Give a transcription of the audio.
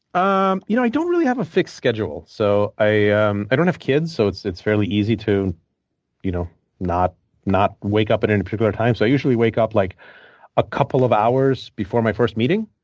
um you know i don't really have a fixed schedule. so i um i don't have kids, so it's it's fairly easy to you know not not wake up at any particular time. so i usually wake up like a couple of hours before my first meeting.